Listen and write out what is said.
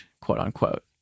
quote-unquote